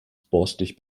borstig